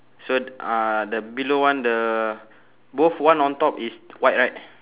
so uh the below one the both one on top is white right